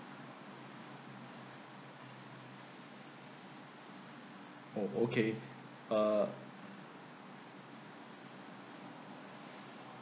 orh okay uh